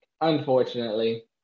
Unfortunately